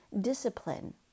discipline